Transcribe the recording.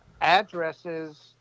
addresses